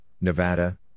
Nevada